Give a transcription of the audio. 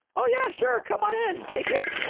oh, yeah. sure. come on in. take it.